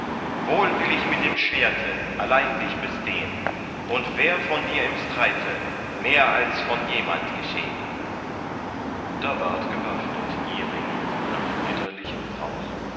wohl will ich mit dem schwerte allein dich bestehn und wär von dir im streite mehr als von jemand geschehn da ward gewaffnet iring nach ritterlichem brauch